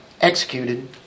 executed